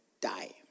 die